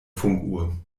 funkuhr